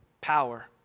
power